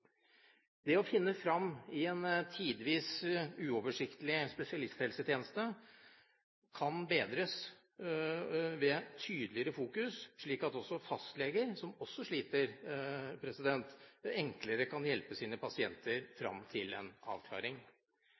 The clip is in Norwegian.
Det å finne fram i en tidvis uoversiktlig spesialisthelsetjeneste kan bedres ved tydeligere fokus, slik at også fastleger, som også sliter, enklere kan hjelpe sine pasienter fram til en avklaring.